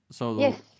Yes